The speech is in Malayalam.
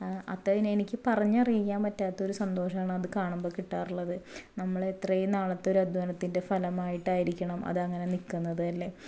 അത് എനിക്ക് പറഞ്ഞറിയിക്കാൻ പറ്റാത്തൊരു സന്തോഷമാണ് അത് കാണുമ്പോൾ കിട്ടാറുള്ളത് നമ്മൾ ഇത്രയും നാളത്തെ ഒരു അധ്വാനത്തിൻ്റെ ഫലമായിട്ടായിരിക്കണം അത് അങ്ങനെ നിൽക്കുന്നത് അല്ലേ